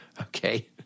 okay